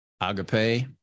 agape